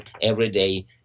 everyday